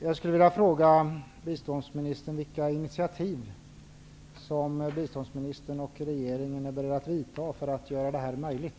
Jag skulle vilja fråga vilka initiativ som biståndsministern och regeringen är beredda att ta för att göra detta möjligt.